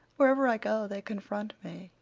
wherever i go they confront me.